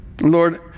Lord